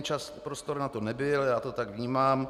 Čas, prostor na to nebyl, já to tak vnímám.